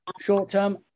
short-term